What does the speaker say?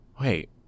Wait